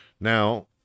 now